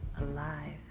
alive